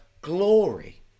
glory